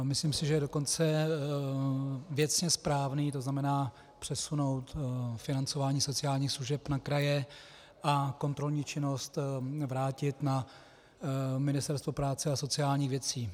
Myslím si, že je dokonce věcně správný, to znamená přesunout financování sociálních služeb na kraje a kontrolní činnost vrátit na Ministerstvo práce a sociálních věcí.